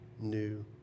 new